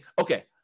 okay